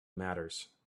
matters